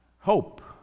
hope